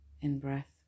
in-breath